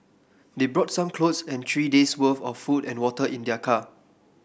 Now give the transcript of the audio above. they brought some clothes and three days worth of food and water in their car